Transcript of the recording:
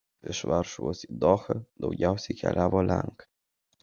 iš varšuvos į dohą daugiausiai keliavo lenkai